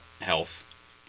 health